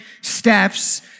steps